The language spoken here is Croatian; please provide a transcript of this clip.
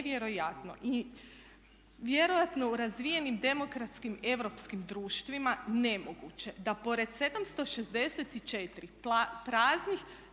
nevjerojatno i vjerojatno u razvijenim demokratskim europskim društvima nemoguće da pored 764 praznih